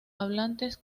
hablantes